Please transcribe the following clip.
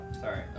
sorry